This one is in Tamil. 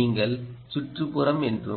நீங்கள் சுற்றுப்புறம் என்று